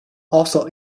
also